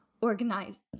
organize